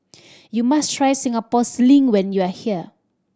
you must try Singapore Sling when you are here